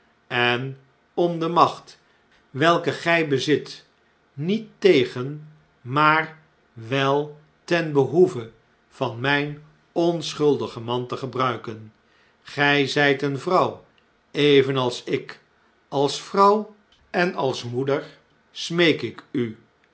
en om de macht welke gjj bezit niet tegen maar wel ten behoeve van mjjn onschuldigen man te gebruiken gjj zjjt eene vrouw evenals ik i als vrouw en als moeder smeek ik u